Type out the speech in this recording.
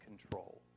control